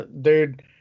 dude